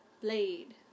Blade